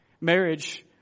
marriage